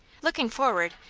looking forward,